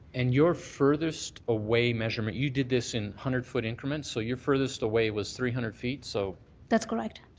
and your furthest away measurement you did this in hundred foot increments so your furthest away was three hundred feet so that's correct.